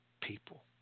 people